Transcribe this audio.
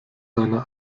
eine